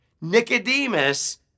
Nicodemus